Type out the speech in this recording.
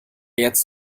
jetzt